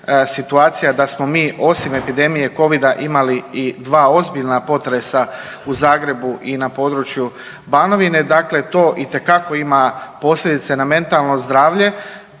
situacija da smo mi osim epidemije Covid-a imali i dva ozbiljna potresa u Zagrebu i na području Banovine. Dakle, to itekako ima posljedice na mentalno zdravlje